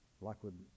Lockwood